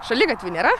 šaligatvių nėra